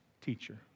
teacher